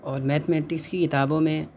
اور mathematics کی کتابوں میں